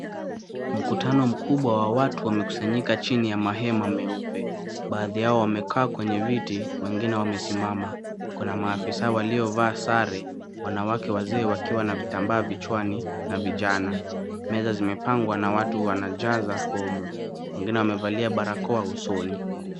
Mkutano mkubwa wa watu wamekusanyika chini ya mahema meupe. Baadhi yao wamekaa kwenye viti wengine wamesimama. Kuna maafisa waliovaa sare. Wanawake wazee wakiwa na vitambaa vichwani na vijana. Meza zimepangwa na watu wanajaza fomu. Wengine wamevalia barakoa usoni.